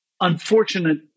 unfortunate